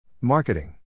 Marketing